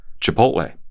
Chipotle